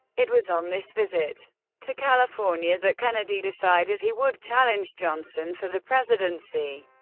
it was on this visit to california that kennedy decided he would challenge johnson for the presidency,